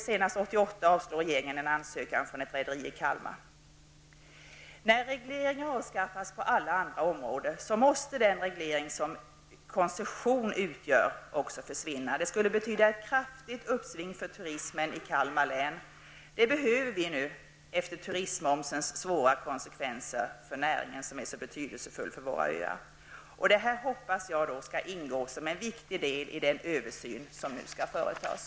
Senast 1988 När regleringar avskaffas på alla andra områden måste den reglering som koncessionen utgör också försvinna. Det skulle betyda ett kraftigt uppsving för turismen i Kalmar län. Det behöver vi nu, efter turistmomsens svåra konsekvenser för den näringen, som är så betydelsefull för våra öar. Detta hoppas jag skall ingå som en viktig del i den översyn som nu skall företas.